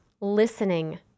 listening